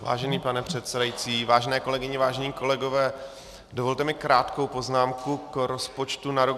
Vážený pane předsedající, vážené kolegyně, vážení kolegové, dovolte mi krátkou poznámku k rozpočtu na rok 2019.